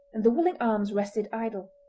and the willing arms rested idle.